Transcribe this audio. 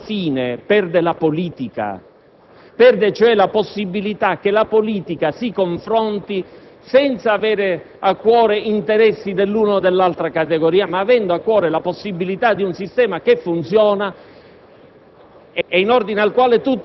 questa maggioranza. Alla fine, però, perde la politica; perde cioè la possibilità che la politica si confronti senza avere a cuore interessi dell'una o dell'altra categoria, ma avendo a cuore un sistema che funziona